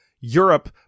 Europe